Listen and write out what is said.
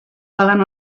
paguen